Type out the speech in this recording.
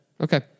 okay